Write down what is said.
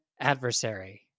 adversary